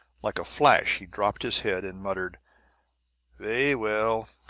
like a flash he dropped his head and muttered vey well.